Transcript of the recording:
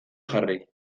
jarri